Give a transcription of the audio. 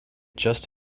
just